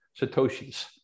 satoshis